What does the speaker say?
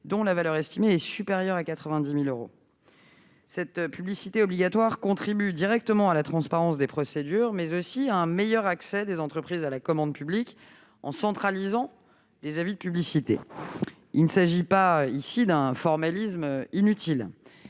dont la valeur estimée est supérieure à 90 000 euros. Cette publicité obligatoire contribue directement à la transparence des procédures, mais aussi à un meilleur accès des entreprises à la commande publique, en centralisant les avis de publicité. Il s'agit non d'un formalisme inutile,